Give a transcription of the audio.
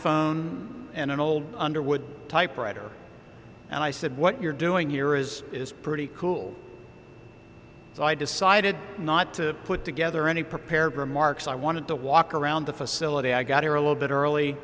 phone and an old underwood typewriter and i said what you're doing here is is pretty cool so i decided not to put together any prepared remarks i wanted to walk around the facility i got here a little bit early